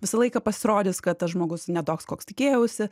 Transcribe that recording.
visą laiką pasirodys kad tas žmogus ne toks koks tikėjausi